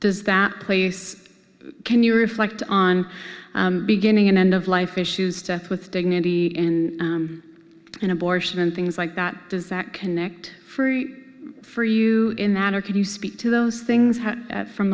does that place can you reflect on beginning and end of life issues death with dignity in an abortion and things like that does that connect free for you in man or can you speak to those things had at from